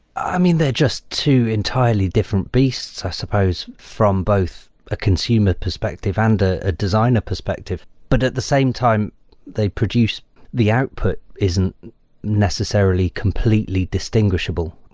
i mean, they're just two entirely different beasts i suppose from both a consumer perspective and a designer perspective, but at the same time they produce the output isn't necessarily completely distinguishable.